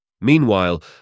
Meanwhile